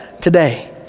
today